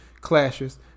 Clashes